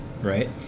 right